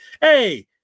Hey